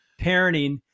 parenting